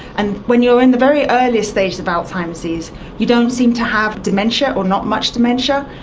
and when you are in the very earliest stage of alzheimer's disease you don't seem to have dementia or not much dementia,